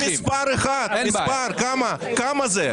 תגידו מספר אחד, מספר, כמה זה.